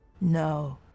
No